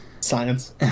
Science